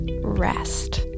rest